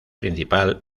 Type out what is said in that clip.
principal